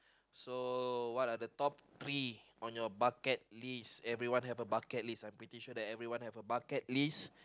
so what are the top three on your bucket list everyone have a bucket list I'm pretty sure that everyone have a bucket list